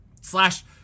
slash